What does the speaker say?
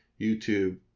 youtube